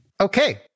Okay